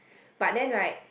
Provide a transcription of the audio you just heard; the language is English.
but then right